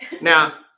Now